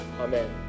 Amen